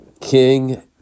King